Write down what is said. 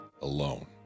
alone